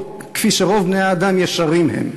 כפי שרוב בני-האדם ישרים הם.